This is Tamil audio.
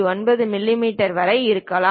9 மிமீ வரை இருக்கலாம்